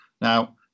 Now